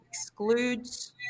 excludes